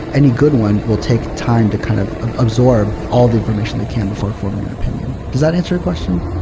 any good one will take time to kind of ah absorb all the information they can before forming an opinion. does that answer your question?